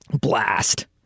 Blast